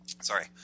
Sorry